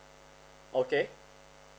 okay